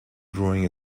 drawing